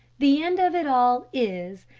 the end of it all is,